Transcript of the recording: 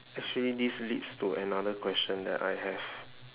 actually this leads to another question that I have